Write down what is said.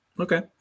Okay